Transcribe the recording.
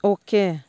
okay